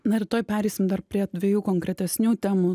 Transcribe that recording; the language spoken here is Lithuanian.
na ir tuoj pereisim dar prie dviejų konkretesnių temų